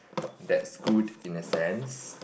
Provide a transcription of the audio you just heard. that's good in a sense